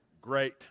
great